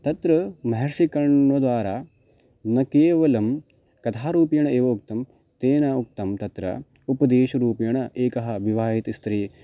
तत्र महर्षिकण्वद्वारा न केवलं कथारूपेण एव उक्तं तेन उक्तं तत्र उपदेशरूपेण एकः विवाहिता स्त्री